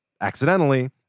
accidentally